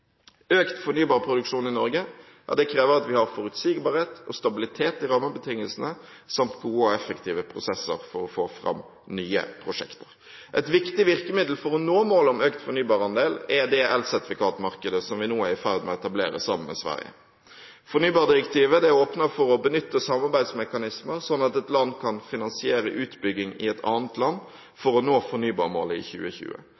Økt fornybarproduksjon i Norge krever at vi har forutsigbarhet og stabilitet i rammebetingelsene, samt gode og effektive prosesser for å få fram nye prosjekter. Et viktig virkemiddel for å nå målet om økt fornybarandel er det elsertifikatmarkedet som vi nå er i ferd med å etablere sammen med Sverige. Fornybardirektivet åpner for å benytte samarbeidsmekanismer, slik at et land kan finansiere utbygging i et annet land for å nå fornybarmålet i 2020.